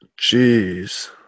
Jeez